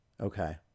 okay